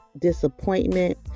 disappointment